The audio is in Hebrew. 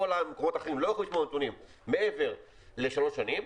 המקומות האחרים לא יכולים לשמור נתונים מעבר לשלוש שנים,